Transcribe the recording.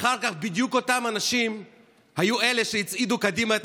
אחר כך בדיוק אותם אנשים היו אלה שהצעידו קדימה את